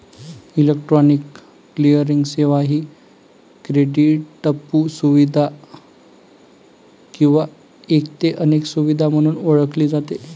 electronic clearing सेवा ही क्रेडिटपू सुविधा किंवा एक ते अनेक सुविधा म्हणून ओळखली जाते